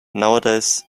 nowadays